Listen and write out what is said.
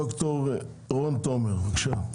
ד"ר רון תומר, בבקשה.